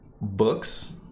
books